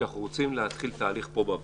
זה מהמקום שאנחנו רוצים להתחיל תהליך פה, בוועדה.